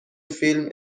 فیلم